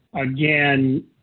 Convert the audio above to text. again